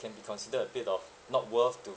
can be considered a bit of not worth to